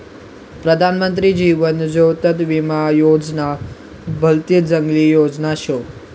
प्रधानमंत्री जीवन ज्योती विमा योजना भलती चांगली योजना शे